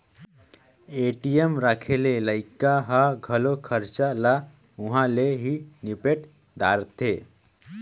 ATM राखे ले लइका ह घलो खरचा ल उंहा ले ही निपेट दारथें